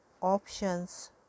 options